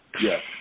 Yes